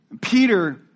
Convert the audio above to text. Peter